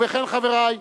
ובכן, חברי,